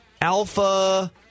alpha